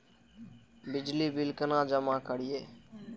बिजली के बिल केना जमा करिए?